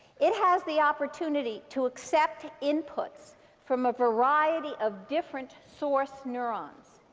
it has the opportunity to accept inputs from a variety of different source neurons.